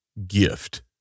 gift